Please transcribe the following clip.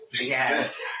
Yes